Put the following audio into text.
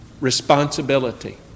responsibility